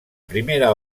primera